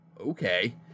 okay